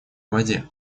воде